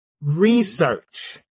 Research